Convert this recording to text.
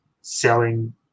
selling